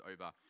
over